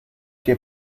que